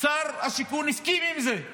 ושר השיכון הסכים לזה,